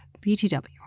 BTW